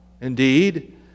Indeed